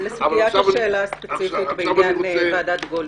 לסוגיית הסוגיה הספציפית בעניין ועדת גולדברג.